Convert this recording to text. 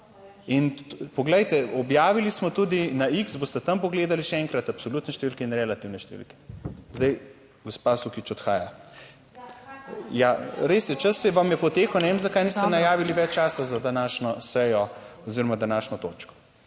In poglejte, objavili smo tudi na X, boste tam pogledali še enkrat, absolutne številke in relativne številke. Zdaj gospa Sukič odhaja. / oglašanje iz dvorane/ Ja, res je, čas vam je potekel, ne vem zakaj niste najavili več časa za današnjo sejo oziroma današnjo točko.